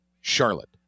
Charlotte